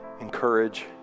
encourage